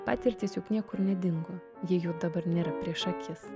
patirtys juk niekur nedingo jei jų dabar nėra prieš akis